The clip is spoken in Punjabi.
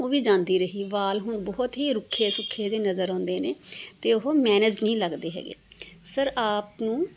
ਉਹ ਵੀ ਜਾਂਦੀ ਰਹੀ ਵਾਲ ਹੁਣ ਬਹੁਤ ਹੀ ਰੁੱਖੇ ਸੁੱਖੇ ਜਿਹੇ ਨਜ਼ਰ ਆਉਂਦੇ ਨੇ ਅਤੇ ਉਹ ਮੈਨੇਜ ਨਹੀਂ ਲੱਗਦੇ ਹੈਗੇ ਸਰ ਆਪ ਨੂੰ